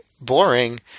boring